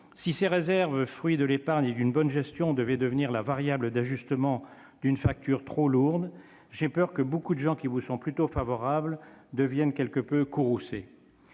Si ces réserves, fruits de l'épargne et d'une bonne gestion, devaient devenir la variable d'ajustement d'une facture trop lourde, j'ai peur que de nombreuses personnes qui vous sont plutôt favorables ne deviennent quelque peu courroucées.